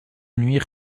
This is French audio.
nuit